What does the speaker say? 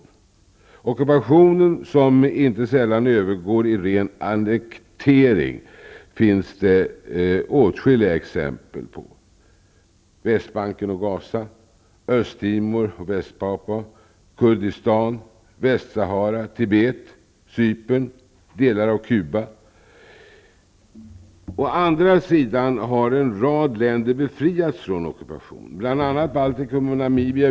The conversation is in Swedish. Det finns åtskilliga exempel på ockupationer som inte sällan övergår i ren annektering, t.ex Västbanken, Gaza, Östtimor, Å andra sidan har en rad länder befriats från ockupation, bl.a. Baltikum och Namibia.